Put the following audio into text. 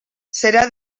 serà